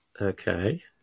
Okay